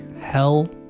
Hell